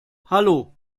hallo